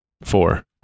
Four